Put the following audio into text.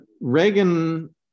Reagan